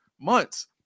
months